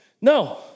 No